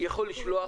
יכול לשלוח